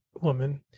woman